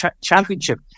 championship